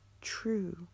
true